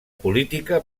política